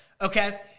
Okay